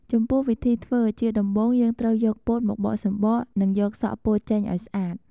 ចំពោះវិធីធ្វើ ជាដំបូងយើងត្រូវយកពោតមកបកសំបក និងយកសក់ពោតចេញឱ្យស្អាត។